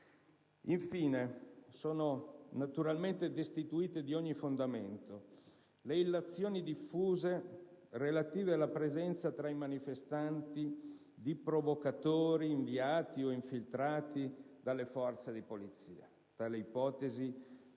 Infine, sono naturalmente destituite di ogni fondamento le illazioni diffuse relative alla presenza tra i manifestanti di provocatori inviati o infiltrati dalle forze di polizia: tali ipotesi